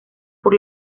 por